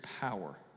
power